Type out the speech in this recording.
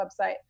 website